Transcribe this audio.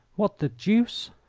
what the deuce!